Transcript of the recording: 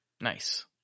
Nice